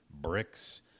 bricks